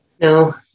no